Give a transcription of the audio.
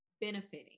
benefiting